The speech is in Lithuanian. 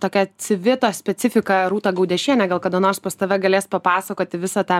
tokia civito specifika rūta gaudiešienė gal kada nors pas tave galės papasakoti visą tą